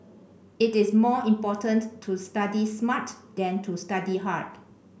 it is more important to study smart than to study hard